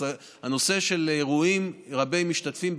הנושא של אירועים רבי-משתתפים,